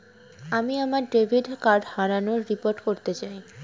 আমি আমার debit card হারানোর রিপোর্ট করতে চাই